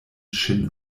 ŝin